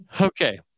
Okay